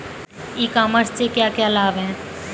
ई commerce से क्या क्या लाभ हैं?